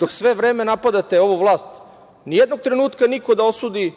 Dok sve vreme napadate ovu vlast, ni jednog trenutka niko da osudi